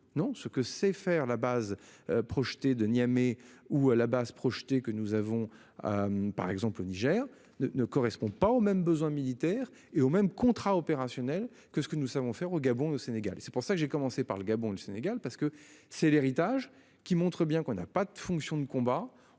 Non ce que sait faire la base projeté de Niamey où à la base projeté que nous avons. Par exemple au Niger ne correspond pas aux mêmes besoins militaires et au même contrat opérationnel que ce que nous savons faire au Gabon, le Sénégal et c'est pour ça que j'ai commencé par le Gabon, le Sénégal, parce que c'est l'héritage, qui montre bien qu'on n'a pas de fonction de combat.